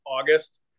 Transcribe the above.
August